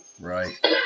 Right